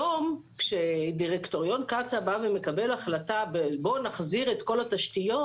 היום כשדירקטוריון קצא"א בא ומקבל החלטה: בואו נחזיר את כל התשתיות